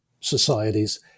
societies